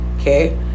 Okay